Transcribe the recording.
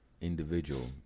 individual